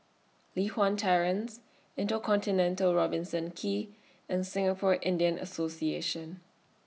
Li Hwan Terrace InterContinental Robertson Quay and Singapore Indian Association